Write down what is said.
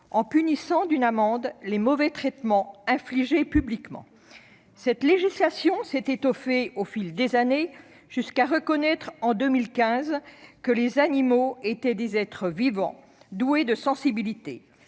en punissant d'une amende les mauvais traitements infligés publiquement. Cette législation s'est étoffée au fil des années jusqu'à reconnaître, en 2015, que les animaux étaient « des êtres vivants doués de sensibilité